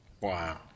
Wow